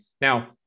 now